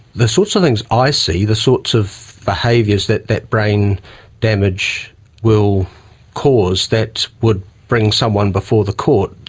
the sorts of things i see, the sorts of behaviours that that brain damage will cause that would bring someone before the court,